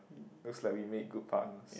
looks like we make good partners